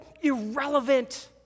irrelevant